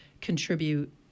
contribute